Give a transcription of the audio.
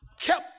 kept